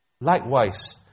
Likewise